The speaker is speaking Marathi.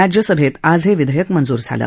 राज्यसभेत आज हे विधेयक मंजूर झालं